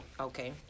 Okay